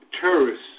terrorists